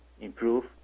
improve